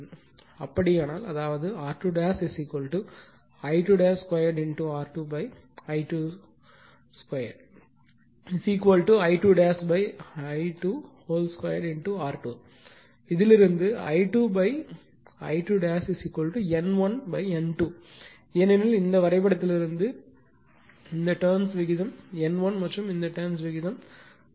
எனவே அப்படியானால் அதாவது R2 I2 2 R2 I2 2 I2 I2 2 R2 இப்போது இதிலிருந்து I2 I2 N1 N2 ஏனெனில் இந்த வரைபடத்திலிருந்து இது இந்த டர்ன்ஸ் விகிதம் N1 மற்றும் இந்த டர்ன்ஸ் விகிதம் N2